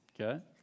okay